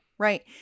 Right